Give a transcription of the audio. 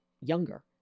younger